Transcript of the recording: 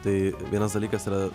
tai vienas dalykas yra